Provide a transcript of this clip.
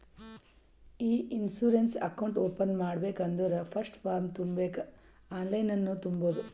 E insurance account open ಮಾಡ್ಬೇಕ ಅಂದುರ್ first form ತುಂಬಬೇಕ್ ಆನ್ಲೈನನ್ನು ತುಂಬೋದು